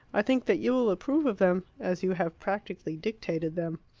i think that you will approve of them, as you have practically dictated them.